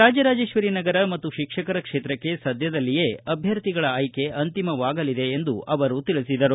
ರಾಜರಾಜೇಶ್ವರಿ ನಗರ ಮತ್ತು ಶಿಕ್ಷಕರ ಕ್ಷೇತ್ರಕ್ಕೆ ಸದ್ಯದಲ್ಲಿಯೇ ಅಭ್ವರ್ಥಿಗಳ ಆಯ್ಕೆ ಅಂತಿಮವಾಗಲಿದೆ ಎಂದು ಹೇಳಿದರು